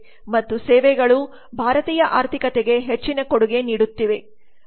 ಮತ್ತು ಸೇವೆಗಳು ಭಾರತೀಯ ಆರ್ಥಿಕತೆಗೆ ಹೆಚ್ಚಿನ ಕೊಡುಗೆ ನೀಡುತ್ತಿವೆ ಅವುಗಳು 9